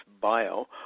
bio